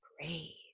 great